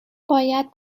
باید